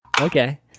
okay